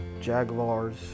Jaguars